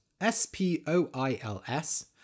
S-P-O-I-L-S